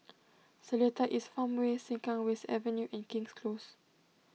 Seletar East Farmway Sengkang West Avenue and King's Close